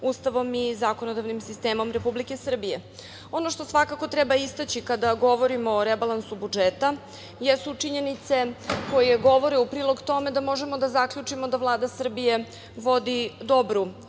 Ustavom i zakonodavnim sistemom Republike Srbije. Ono što svakako treba istaći, kada govorimo o rebalansu budžeta, jesu činjenice koje govore u prilog tome da možemo da zaključimo da Vlada Srbije vodi dobru finansijsku